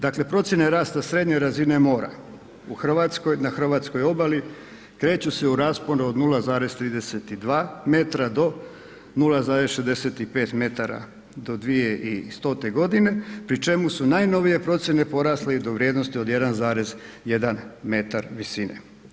Dakle, procjene rasta srednje razine mora u Hrvatskoj, na hrvatskoj obali, kreću se u rasponu od 0,32 m do 0,65 metara do 2100. g. pri čemu su najnovije procjene porasle i do vrijednosti od 1,1 m visine.